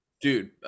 dude